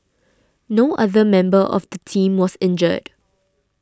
no other member of the team was injured